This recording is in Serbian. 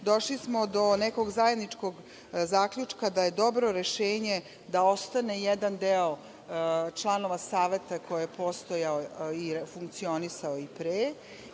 došli smo do nekog zajedničkog zaključka da je dobro rešenje da ostane jedan deo članova saveta koji je postojao i funkcionisao i pre